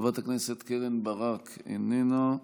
חברת הכנסת קרן ברק איננה.